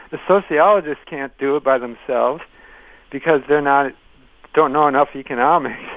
the sociologists can't do it by themselves because they're not don't know enough economics.